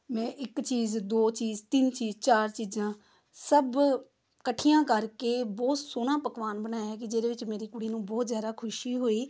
ਮੈਂ ਇੱਕ ਚੀਜ਼ ਦੋ ਚੀਜ਼ ਤਿੰਨ ਚੀਜ਼ ਚਾਰ ਚੀਜ਼ਾਂ ਸਭ ਇਕੱਠੀਆਂ ਕਰਕੇ ਬਹੁਤ ਸੋਹਣਾ ਪਕਵਾਨ ਬਣਾਇਆ ਕਿ ਜਿਹਦੇ ਵਿੱਚ ਮੇਰੀ ਕੁੜੀ ਨੂੰ ਬਹੁਤ ਜ਼ਿਆਦਾ ਖੁਸ਼ੀ ਹੋਈ